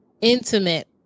intimate